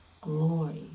glory